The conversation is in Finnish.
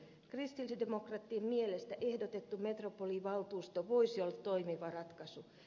kristillisdemokraattien mielestä ehdotettu metropolivaltuusto voisi olla toimiva ratkaisu